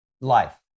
life